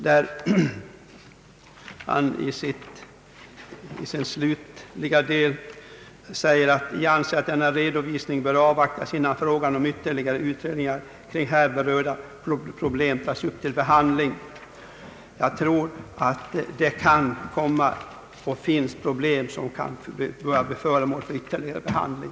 Statsrådet framhåller nämligen i slutet på svaret: »Jag anser att denna redovisning bör avvaktas innan frågan om ytterligare utredningar kring här berörda problem tas upp till behandling.» Jag tror att det finns och kommer att finnas problem som bör bli föremål för ytterligare behandling.